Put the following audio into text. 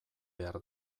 behar